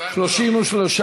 את הצעת